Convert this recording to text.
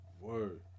Word